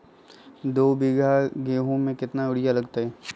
दो बीघा गेंहू में केतना यूरिया लगतै?